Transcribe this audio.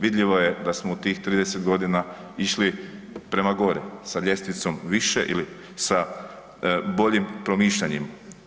Vidljivo je da smo u tih 30.g. išli prema gore, sa ljestvicom više ili sa boljim promišljanjima.